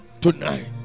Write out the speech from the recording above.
tonight